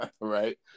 right